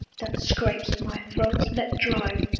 that scrapes my throat, let drive.